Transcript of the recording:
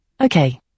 Okay